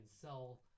sell